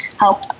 help